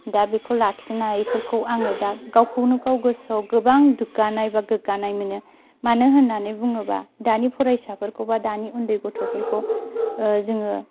दा बेखौ लाखिनायफोरखौ आङो दा गावखौनो गाव गोसोआव गोबां दुग्गानाय बा गोग्गानाय मोनो मानो होननानै बुङोब्ला दानि फरायसाफोरखौ बा दानि उन्दै गथ'फोरखौ जोङो